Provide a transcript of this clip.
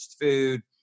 food